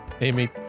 Amy